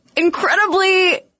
Incredibly